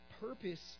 purpose